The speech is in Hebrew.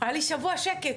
היה לי שבוע שקט,